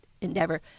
endeavor